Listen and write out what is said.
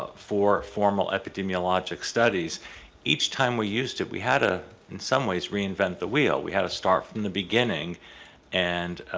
ah for formal epidemiologic studies each time we used it we had ah in some ways reinvent the wheel we have to start from the beginning and